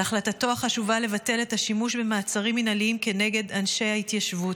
על החלטתו החשובה לבטל את השימוש במעצרים מינהליים כנגד אנשי ההתיישבות.